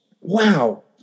wow